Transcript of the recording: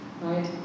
right